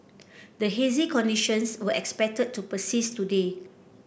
the hazy conditions were expected to persist today